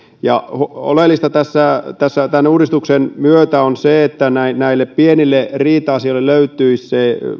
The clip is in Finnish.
oleellista tässä tämän uudistuksen myötä on se että näille näille pienille riita asioille löytyisi